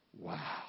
Wow